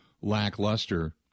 lackluster